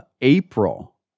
April